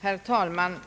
Herr talman!